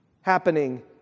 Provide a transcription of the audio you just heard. happening